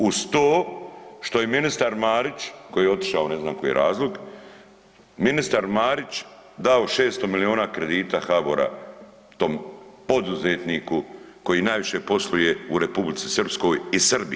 Uz to, što je ministar Marić, koji je otišao, ne znam koji je razlog, ministar Marić dao 600 milijuna kredita HBOR-a tom poduzetniku koji najviše posluje u Republici Srpskoj i Srbiji.